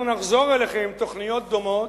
אנחנו נחזור אליכם עם תוכניות דומות.